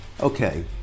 Okay